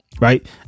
Right